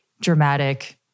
dramatic